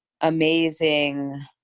amazing